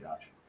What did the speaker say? Josh